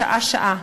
שעה-שעה.